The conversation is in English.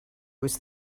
was